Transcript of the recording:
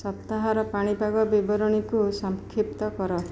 ସପ୍ତାହର ପାଣିପାଗ ବିବରଣୀକୁ ସଂକ୍ଷିପ୍ତ କର